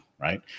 right